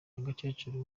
nyagakecuru